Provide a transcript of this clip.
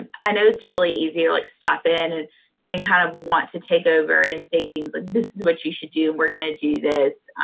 i know it's really easy to like step in and and kind of want to take over, and say things like, this is what you should do, and we're gonna do this.